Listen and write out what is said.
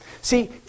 See